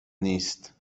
نیست